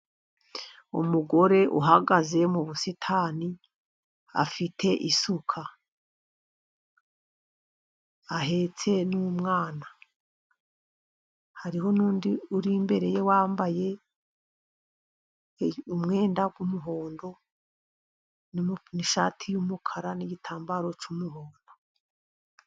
Umugore uhagaze mu busitani, afite isuka, ahetse n'umwana. Hariho n'undi uri imbere ye wambaye umwenda w'umuhondo, n'ishati' y'umukara, n'igitambaro cy'umuhondo.